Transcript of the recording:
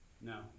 No